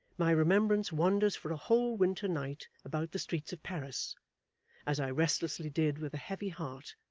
my remembrance wanders for a whole winter night about the streets of paris as i restlessly did with a heavy heart,